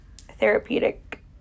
therapeutic